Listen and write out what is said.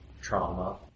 trauma